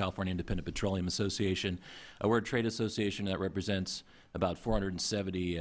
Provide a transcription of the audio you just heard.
california independent petroleum association we're a trade association that represents about four hundred and seventy